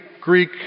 Greek